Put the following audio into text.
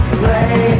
play